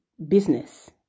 business